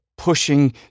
pushing